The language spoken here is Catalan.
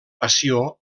passió